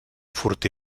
fortí